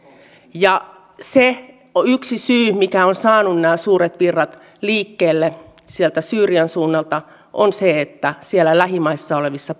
se yksi syy mikä on saanut nämä suuret virrat liikkeelle sieltä syyrian suunnalta on se että siellä lähimaissa olevissa